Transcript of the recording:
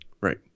right